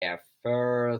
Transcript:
affair